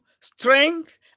strength